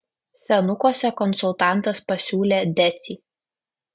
senukuose konsultantas pasiūlė decį